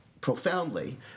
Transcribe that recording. profoundly